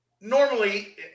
normally